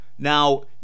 Now